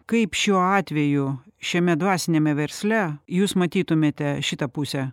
kaip šiuo atveju šiame dvasiniame versle jūs matytumėte šitą pusę